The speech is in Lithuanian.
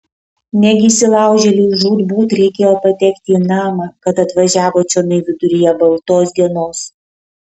negi įsilaužėliui žūtbūt reikėjo patekti į namą kad atvažiavo čionai viduryje baltos dienos